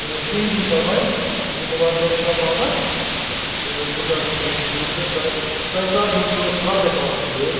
تہٕ کہیٖنۍ چھُنہٕ پَرواے ایٚکہِ بہٕ واتہٕ ؤرٕکشاپ واپس تہٕ بہٕ کَرٕ سۄ بہٕ وُچھہِ تِمَن تہٕ تۄہہِ تۄہہِ کَر ہیو چھُو کَر گژھیو آسٕنۍ گٲڑۍ